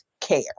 care